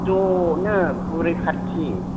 ज'नो बुरै पार्टि